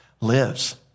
lives